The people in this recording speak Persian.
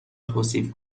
توصیف